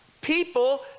People